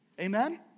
Amen